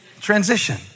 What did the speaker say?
transition